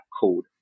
code